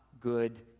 good